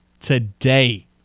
today